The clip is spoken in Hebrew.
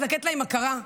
לתת להם הכרה.